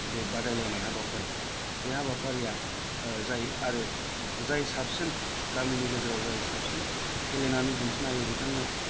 जे बादायलायनाय हाबाफारि बे हाबाफारिया जायो आरो जाय साबसिन गामिनि गेजेराव जाय साबसिन गेलेनानै दिन्थिनो हायो बिथांनो